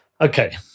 Okay